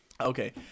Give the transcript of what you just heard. Okay